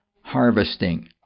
harvesting